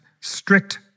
Strict